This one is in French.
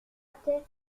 était